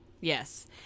Yes